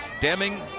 Deming